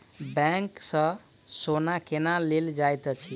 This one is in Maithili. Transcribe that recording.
बैंक सँ सोना केना लेल जाइत अछि